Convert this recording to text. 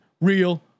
real